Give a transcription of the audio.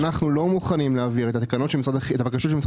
אנחנו לא מוכנים להעביר את הבקשות של משרד